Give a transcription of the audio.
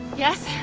yes?